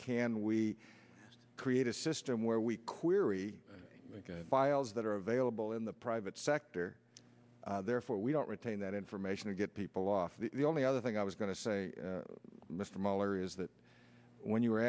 can we create a system where we query files that are available in the private sector therefore we don't retain that information and get people off the only other thing i was going to say mr muller is that when you were